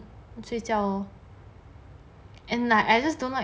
睡觉 lor and like I just don't like